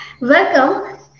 Welcome